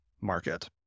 market